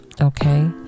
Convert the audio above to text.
Okay